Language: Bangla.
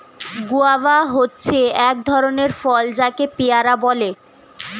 গুয়াভা হচ্ছে এক ধরণের ফল যাকে পেয়ারা বলে